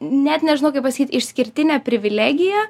net nežinau kaip pasakyt išskirtinė privilegija